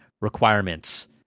requirements